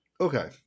Okay